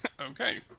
okay